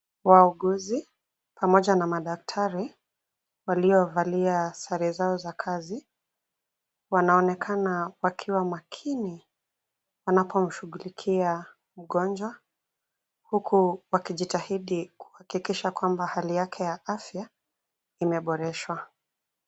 Wauguzi pamoja na madaktari waliovalia sare zao za kazi, wanaonekana wakiwa makini wanapomshuglikia mgonjwa. Huku wakijitahidi kuhakikisha kwamba hali yake ya afya imeboreshwa.